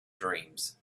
dreams